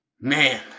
Man